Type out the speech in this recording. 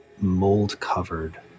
mold-covered